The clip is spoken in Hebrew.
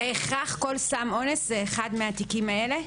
ובהכרח כל סם אונס זה אחד מהתיקים האלה?